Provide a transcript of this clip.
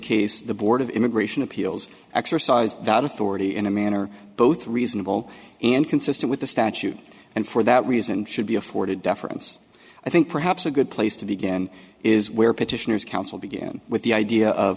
case the board of immigration appeals exercised that authority in a manner both reasonable and consistent with the statute and for that reason should be afforded deference i think perhaps a good place to begin is where petitioners counsel begin with the idea of